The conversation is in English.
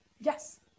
Yes